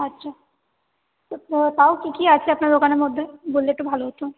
আচ্ছা তো তাও কি কি আছে আপনার দোকানের মধ্যে বললে একটু ভাল হতো